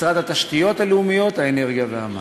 משרד התשתיות הלאומיות, האנרגיה והמים.